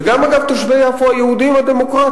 וגם אגב של תושבי יפו היהודים הדמוקרטים,